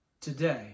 today